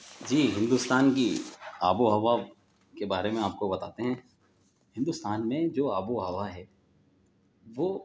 جی ہندوستان کی آب و ہوا کے بارے میں آپ کو بتاتے ہیں ہندوستان میں جو آب و ہوا ہے وہ